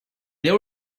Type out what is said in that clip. they